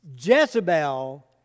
Jezebel